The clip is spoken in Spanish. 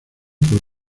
por